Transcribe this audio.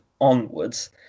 onwards